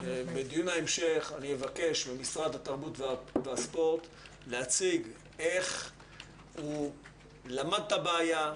בדיון ההמשך אני אבקש ממשרד התרבות והספורט להציג איך הוא למד את הבעיה,